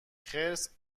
خرس